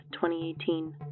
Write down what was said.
2018